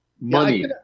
Money